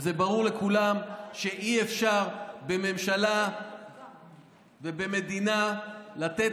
וזה ברור לכולם שאי-אפשר בממשלה ובמדינה לתת